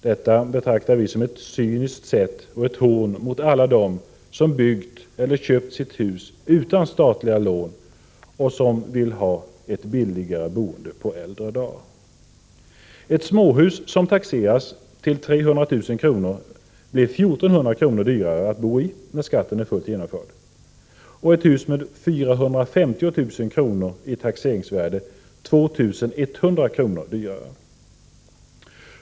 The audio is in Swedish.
Detta är cyniskt och ett hån mot alla dem som byggt eller köpt hus utan statliga lån och som vill ha ett billigare boende på äldre dar. Ett småhus som taxeras till 300 000 kr. blir 1 400 kr. dyrare att bo i när skatten är fullt genomförd, och ett hus med 450 000 kr. i taxeringsvärde 2 100 kr. dyrare.